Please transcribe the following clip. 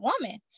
Woman